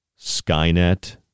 Skynet